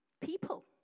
People